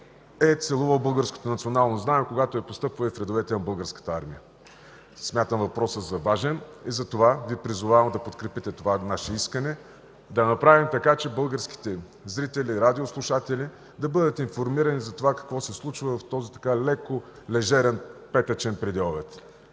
е целувал българското национално знаме, когато е постъпвал в редовете на Българската армия. Смятам въпроса за важен, затова Ви предлагам да подкрепите това наше искане – да направим така, че българските зрители и радиослушатели да бъда информирани за това какво се случва в този така леко лежерен петъчен предобед.